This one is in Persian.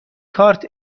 کارت